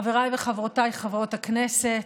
חבריי וחברותיי חברות הכנסת,